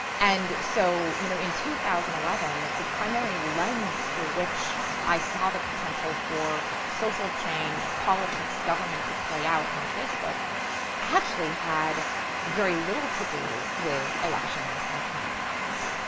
and so you know, in two thousand and eleven the primary lens through which i saw the potential for social change, politics, government to play out on facebook actually had very little to do with elections and campaigns.